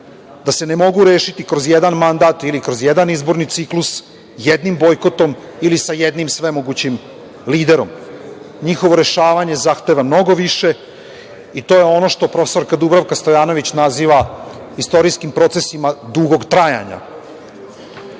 da se ne mogu rešiti kroz jedan mandat ili kroz jedan izborni ciklus, jednim bojkotom ili sa jednim svemogućim liderom. Njihovo rešavanje zahteva mnogo više i to je ono što profesorka Dubravka Stojanović naziva istorijskim procesima dugog trajanja. Ako